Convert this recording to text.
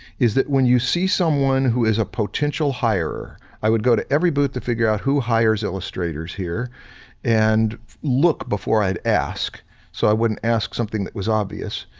is that when you see someone who is a potential hirer, i would go to every booth to figure out who hires illustrators here and look before i'd asked so i wouldn't ask something that was obvious.